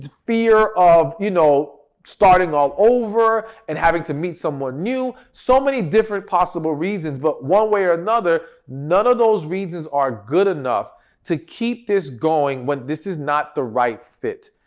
fear of you know, starting all over and having to meet someone new. so many different possible reasons but one way or another, none of those reasons are good enough to keep this going when this is not the right fit,